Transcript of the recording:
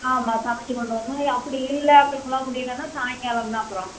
ஆமாம் சமைச்சி கொண்டு வரணும் அப்படி இல்லை அப்படி உங்களால் முடியலனா சாயங்காலம் தான் அப்புறம்